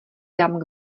dám